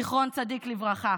זיכרון צדיק לברכה.